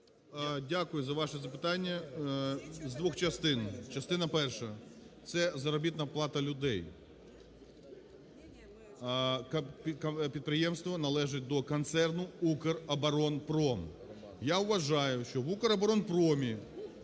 Дякую за ваше запитання. З двох частин: частина перша - це заробітна плата людей. Підприємство належить до концерну "Укроборонпром". Я вважаю, що в "Укроборонпромі"